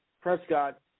Prescott